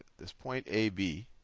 this point a, b